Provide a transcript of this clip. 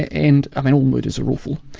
and ah mean all murders are awful,